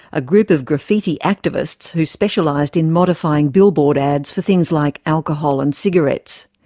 a group of graffiti activists who specialised in modifying billboard ads for things like alcohol and cigarettes.